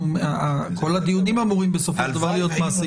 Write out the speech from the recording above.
כל הדיונים אמורים בסופו של דבר להיות מעשיים.